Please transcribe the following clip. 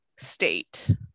state